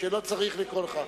כשלא צריך לקרוא לך.